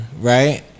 right